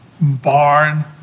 barn